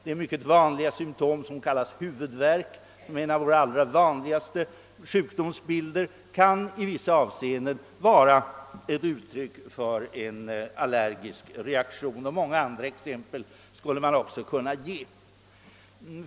Det alldagliga symtom, som kallas huvudvärk och som är en av våra allra vanligaste sjukdomsbilder, kan i vissa avseenden vara ett uttryck för en allergisk reaktion. Många andra exempel skulle man också kunna ge.